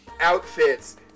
outfits